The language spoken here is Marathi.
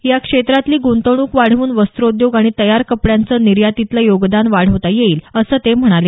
या क्षेत्रातली ग्रंतवणूक वाढवून वस्त्रोद्योग आणि तयार कपड्यांचं निर्यातीतलं योगदान वाढवता येईल असं ते म्हणाले